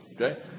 Okay